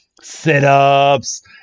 sit-ups